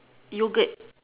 yoghurt